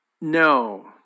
no